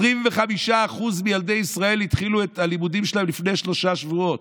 25% מילדי ישראל התחילו את הלימודים שלהם לפני שלושה שבועות,